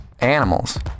animals